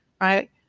right